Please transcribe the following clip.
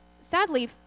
sadly